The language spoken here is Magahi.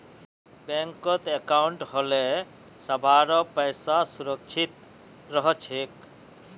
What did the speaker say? बैंकत अंकाउट होले सभारो पैसा सुरक्षित रह छेक